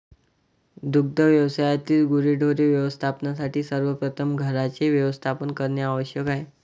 दुग्ध व्यवसायातील गुरेढोरे व्यवस्थापनासाठी सर्वप्रथम घरांचे व्यवस्थापन करणे आवश्यक आहे